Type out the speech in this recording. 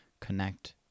connect